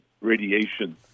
radiation